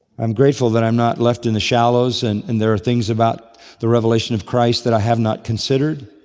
i'm grateful that i'm not left in the shallows and and there are things about the revelation of christ that i have not considered.